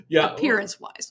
appearance-wise